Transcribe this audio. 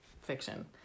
fiction